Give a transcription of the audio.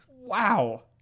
Wow